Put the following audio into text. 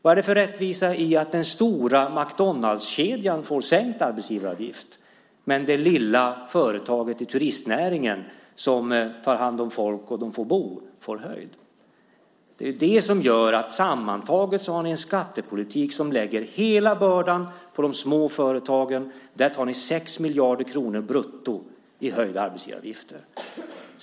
Vad är det för rättvisa i att den stora McDonaldskedjan får sänkt arbetsgivaravgift, medan det lilla företaget i turistnäringen, som tar hand om folk som får bo, får en höjning? Detta gör att ni sammantaget har en skattepolitik som lägger hela bördan på de små företagen. Där tar ni 6 miljarder kronor brutto i höjda arbetsgivaravgifter.